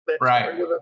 right